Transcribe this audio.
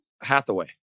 Hathaway